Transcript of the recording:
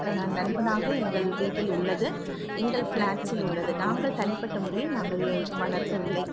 நண்பனாக எங்கள் வீட்டில் உள்ளது எங்கள் ஃப்ளாட்ஸில் உள்ளது நாங்கள் தனிப்பட்ட முறையில் நாங்கள் வளர்க்கவில்லை